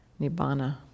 Nibbana